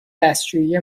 دستشویی